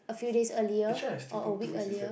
a few days early or a week early